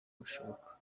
bushoboka